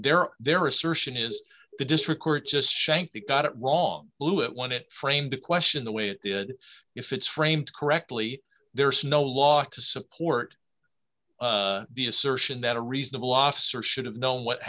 there or their assertion is the district court just shanked they got it wrong blew it when it framed the question the way it did if it's framed correctly there's no law to support the assertion that a reasonable officer should have known what